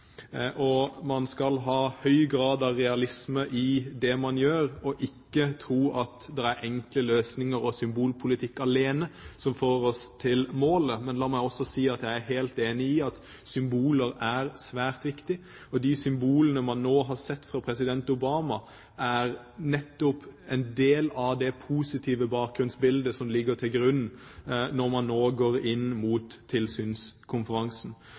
og man skal ha en høy grad av realisme i det man gjør, og ikke tro at det er enkle løsninger og symbolpolitikk alene som får oss til målet. Men la meg også si at jeg er helt enig i at symboler er svært viktige, og de symbolene man nå har sett fra president Obamas side, er nettopp en del av det positive bakgrunnsbildet som ligger til grunn når man nå går inn mot tilsynskonferansen.